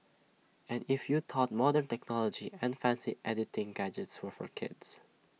and if you thought modern technology and fancy editing gadgets were for kids